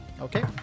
Okay